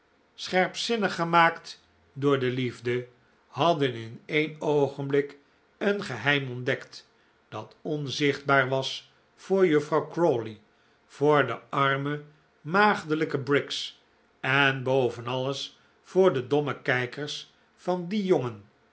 scherpzinnig gemaakt door de liefde hadden in een oogenblik een geheim ontdekt dat onzichtbaar was voor juffrouw crawley voor de arme maagdelijke briggs en boven alles voor dedomme kijkers van dien jongen